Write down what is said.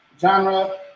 genre